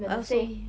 I also